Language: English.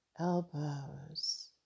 elbows